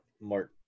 mark